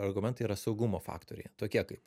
argumentai yra saugumo faktoriai tokie kaip